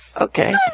Okay